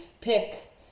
pick